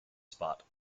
spot